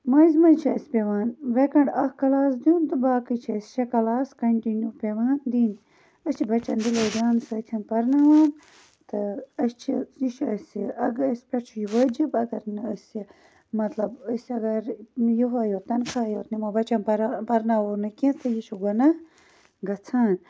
مٔنٛزۍ مٔنٛزۍ چھُ اَسہِ پیٚوان ویکَنٹ اکھ کلاس دیُن تہٕ باقی چھِ أسۍ شےٚ کلاس کَنٹنیوٗ پیٚوان دِن أسۍ چھِ بَچَن دِیان سۭتۍ پَرناوان تہٕ أسۍ چھ یہِ چھُ اَسہِ اَسہِ پیٚٹھ چھُ یہِ وٲجِب اگر نہٕ أسۍ یہِ مَطلَب أسۍ اگر یہوٚے یوت تَنخاہے یوت نِمو بَچَن پَرَ پَرناوو نہٕ کینٛہہ تہٕ یہِ چھُ گۄناہ گَژھان